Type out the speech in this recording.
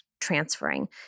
transferring